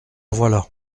voilà